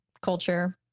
culture